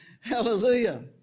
Hallelujah